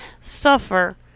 suffer